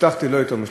לא הייתם נותנים.